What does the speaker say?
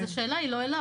אז השאלה היא לא אליו.